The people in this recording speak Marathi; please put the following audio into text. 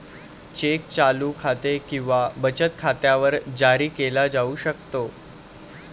चेक चालू खाते किंवा बचत खात्यावर जारी केला जाऊ शकतो